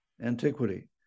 antiquity